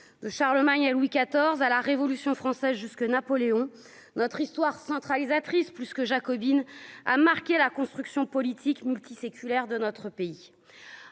de Charlemagne, Louis XIV à la Révolution française, jusqu', Napoléon notre histoire centralisatrice plus que jacobine a marqué la construction politique multiséculaire de notre pays,